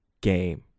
game